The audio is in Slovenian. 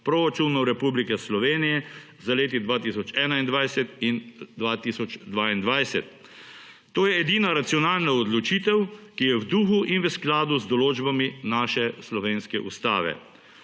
proračunov Republike Slovenije za leti 2021 in 2022. To je edina racionalna odločitev, ki je v duhu in v skladu z določbami naše slovenske ustave.